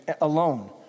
alone